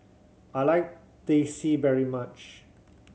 I like Teh C very much